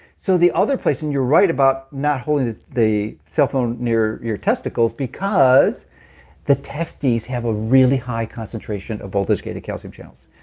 so the other place, and you're right about not holding the the cell phone near your testicles because the testis have a really high concentration of both those gated calcium channels.